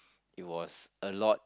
it was a lot